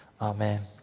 Amen